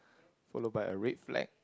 follow by a red flag